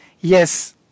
Yes